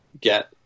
get